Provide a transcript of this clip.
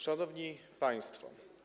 Szanowni Państwo!